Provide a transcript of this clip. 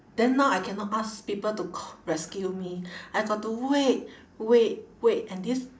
then now I cannot ask people to ca~ rescue me I got to wait wait wait and these